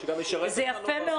זה יפה מאוד.